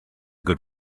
good